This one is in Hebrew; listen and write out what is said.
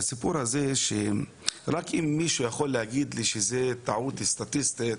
האם מישהו יכול להגיד לי שזו טעות סטטיסטית